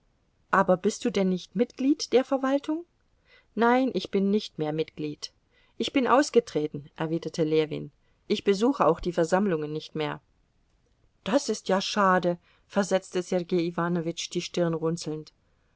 aber bist du denn nicht mitglied der verwaltung nein ich bin nicht mehr mitglied ich bin ausgetreten erwiderte ljewin ich besuche auch die versammlungen nicht mehr das ist ja schade versetzte sergei iwanowitsch die stirn